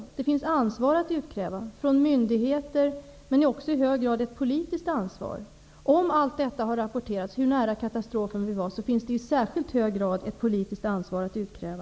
Det finns ansvar att utkräva från myndigheter, men också i hög grad ett politiskt ansvar. Om allt har rapporterats om hur nära katastrofen vi var finns det i särskilt hög grad ett politiskt ansvar att utkräva.